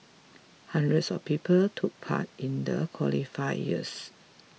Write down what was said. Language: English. hundreds of people took part in the qualifiers